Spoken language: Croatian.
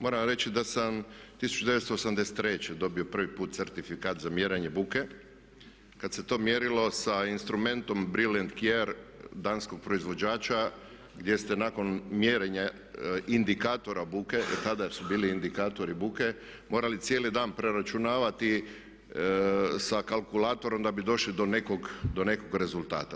Moram vam reći da sam 1983. dobio prvi put certifikat za mjerenje buke kad se to mjerilo sa instrumentom Brüel Kjaer danskog proizvođača gdje ste nakon mjerenja indikatora buke i tada jer su bili indikatori buke morali cijeli dan preračunavati sa kalkulatorom da bi došli do nekog rezultata.